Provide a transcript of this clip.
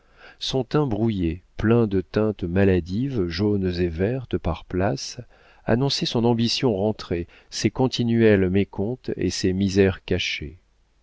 son teint brouillé plein de teintes maladives jaunes et vertes par places annonçait son ambition rentrée ses continuels mécomptes et ses misères cachées